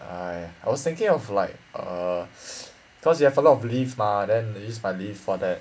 !aiya! I was thinking of like err cause you have a lot of leave mah then use my leave for that